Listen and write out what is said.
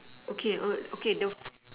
okay okay the